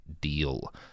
deal